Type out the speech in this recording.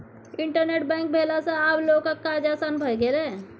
internet bank भेला सँ आब लोकक काज आसान भए गेलै